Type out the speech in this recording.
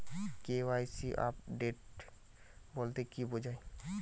KYC update বলতে কি বোঝায়?